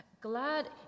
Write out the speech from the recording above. Glad